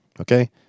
okay